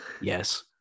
Yes